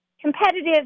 competitive